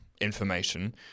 information